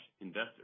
investor